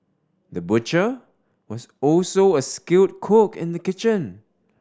the butcher was also a skilled cook in the kitchen